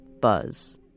Buzz